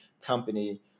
company